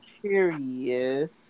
curious